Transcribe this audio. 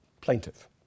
plaintiff